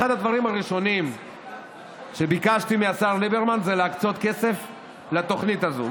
אחד הדברים הראשונים שביקשתי מהשר ליברמן זה להקצות כסף לתוכנית הזו.